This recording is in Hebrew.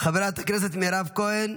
חברת הכנסת מירב כהן,